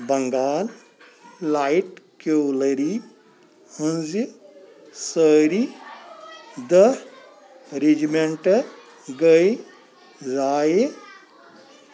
Bengal light cavalry ہٕنٛزٕ سارے دٔہہ رجمیٚنٹہٕ گٔیہِ ضایعہٕ